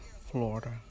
Florida